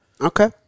okay